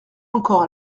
encore